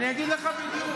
אני אגיד לך בדיוק.